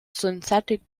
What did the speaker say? synthetic